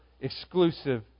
exclusive